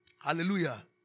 Hallelujah